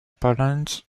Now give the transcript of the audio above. poland